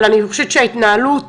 אני חושבת שההתנהלות